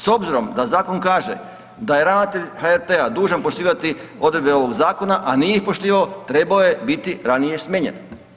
S obzirom da zakon kaže da je ravnatelj HRT-a dužan poštivati odredbe ovog zakona, a nije ih poštivao trebao je biti ranije smijenjen.